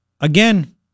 Again